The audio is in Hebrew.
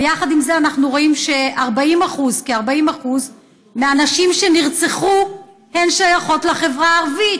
יחד עם זה אנחנו רואים שכ-40% מהנשים שנרצחו שייכות לחברה הערבית,